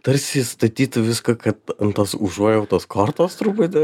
tarsi statytų viską kad tos užuojautos kortos truputį